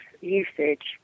usage